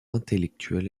intellectuel